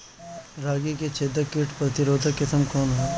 रागी क छेदक किट प्रतिरोधी किस्म कौन ह?